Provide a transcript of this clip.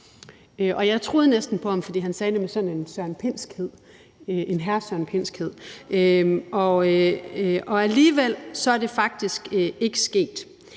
Jeg troede næsten på Søren Pind, fordi han sagde det med sådan en hr. Søren Pindskhed, og alligevel er det faktisk ikke sket.